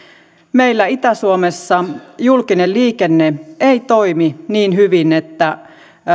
meillä itä suomessa julkinen liikenne ei toimi niin hyvin että